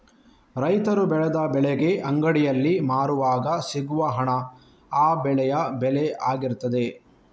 ರೈತರು ಬೆಳೆದ ಬೆಳೆಗೆ ಅಂಗಡಿಯಲ್ಲಿ ಮಾರುವಾಗ ಸಿಗುವ ಹಣ ಆ ಬೆಳೆಯ ಬೆಲೆ ಆಗಿರ್ತದೆ